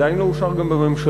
עדיין לא אושר גם בממשלה,